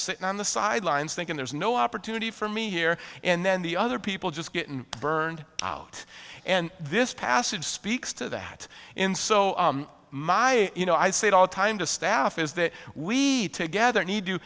sitting on the sidelines thinking there's no opportunity for me here and then the other people just get in burned out and this passage speaks to that in so my you know i say it all the time to staff is that we gather need to